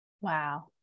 Wow